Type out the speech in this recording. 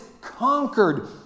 conquered